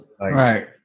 right